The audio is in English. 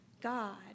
God